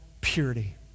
purity